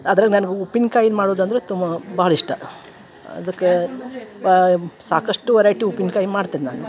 ಅದ್ರಾಗ ನನ್ಗೆ ಉಪ್ಪಿನಕಾಯಿ ಮಾಡುದಂದರೆ ತುಂ ಭಾಳ ಇಷ್ಟ ಅದಕ್ಕೆ ಸಾಕಷ್ಟು ವೆರೈಟಿ ಉಪ್ಪಿನಕಾಯಿ ಮಾಡ್ತೀನಿ ನಾನು